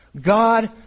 God